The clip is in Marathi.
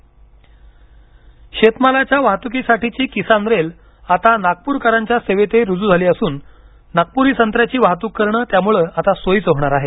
संत्रा रेल्वे शेतमालाच्या वाहतुकीसाठीची किसान रेल आता नागप्रकरांच्या सेवेतही रुजू झाली असून नागपुरी संत्र्याची वाहतुक करण त्यामुळे आता सोयीचं होणार आहे